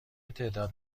تعداد